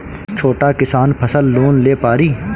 छोटा किसान फसल लोन ले पारी?